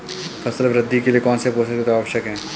फसल वृद्धि के लिए कौनसे पोषक तत्व आवश्यक हैं?